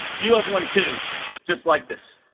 you have one two just like this